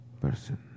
person